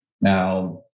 Now